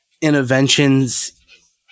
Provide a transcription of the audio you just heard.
interventions